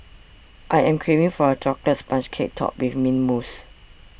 I am craving for a Chocolate Sponge Cake Topped with Mint Mousse